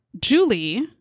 julie